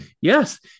yes